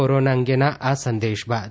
corona અંગેના આ સંદેશ બાદ